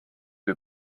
kui